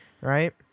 Right